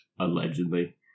Allegedly